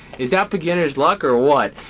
is that beginner's luck or what?